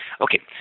Okay